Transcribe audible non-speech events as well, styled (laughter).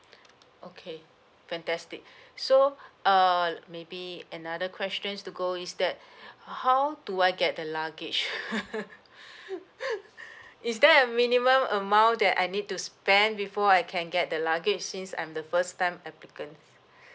(breath) okay fantastic (breath) so (breath) err maybe another questions to go is that (breath) h~ how do I get the luggage (laughs) is there a minimum amount that I need to spend before I can get the luggage since I'm the first time applicant (breath)